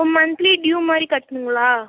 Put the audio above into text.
monthly due மாதிரி கட்டணும்ங்களா